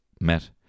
met